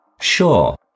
Sure